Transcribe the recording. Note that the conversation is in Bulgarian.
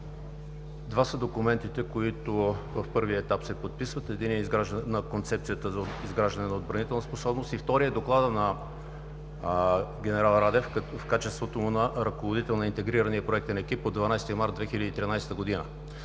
Два са документите, които в първия етап се подписват – Концепцията за изграждане на отбранителна способност и вторият – Докладът на генерал Радев в качеството му на ръководител на интегрирания проектен екип от 12 март 2013 г.